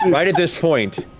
and right at this point,